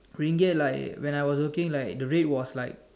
Ringgit like when I was working like the rate was like